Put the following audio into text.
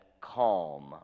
calm